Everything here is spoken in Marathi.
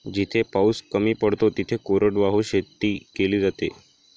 जिथे पाऊस कमी पडतो तिथे कोरडवाहू शेती केली जाते